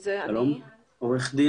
מוכח,